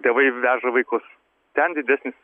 tėvai veža vaikus ten didesnis